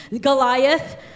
Goliath